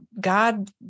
God